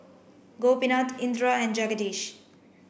Gopinath Indira and Jagadish